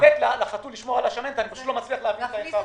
לתת לחתול לשמור על השמנת אני פשוט לא מצליח להבין את העמדה.